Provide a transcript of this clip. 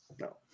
no